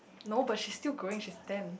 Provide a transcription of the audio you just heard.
no but she's still growing she's ten